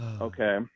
Okay